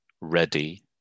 ready